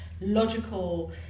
logical